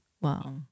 Wow